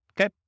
okay